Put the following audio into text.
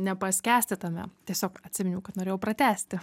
nepaskęsti tame tiesiog atsiminiau kad norėjau pratęsti